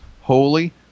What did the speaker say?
holy